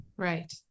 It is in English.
Right